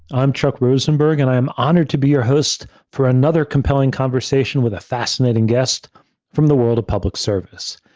i'm chuck rosenberg, and i am honored to be your host for another compelling conversation with a fascinating guest from the world of public service.